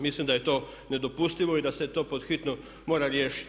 Mislim da je to nedopustivo i da se to pod hitno mora riješiti.